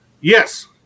Yes